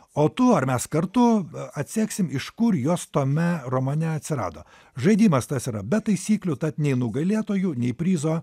o tu ar mes kartu atseksim iš kur jos tame romane atsirado žaidimas tas yra be taisyklių tad nei nugalėtojų nei prizo